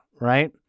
Right